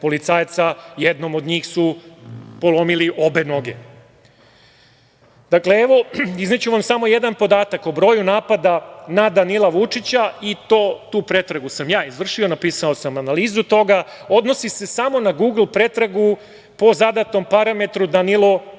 jednom od njih su polomili obe noge. Izneću vam samo jedan podatak o broju napada na Danila Vučića, i tu pretragu sam ja izvršio, napisao sam analizu toga, odnosi se samo na „Gugl“ pretragu po zadatom parametru „Danilo Vučić“.